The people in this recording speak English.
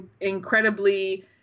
incredibly